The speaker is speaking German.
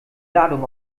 ladung